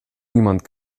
niemand